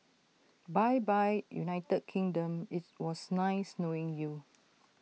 bye bye united kingdom IT was nice knowing you